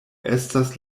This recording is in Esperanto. estas